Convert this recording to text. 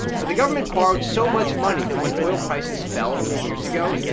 but the government borrowed so much money that when oil prices fell a few years ago,